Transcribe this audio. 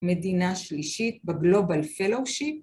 ‫מדינה שלישית בגלובל פלואושיפ.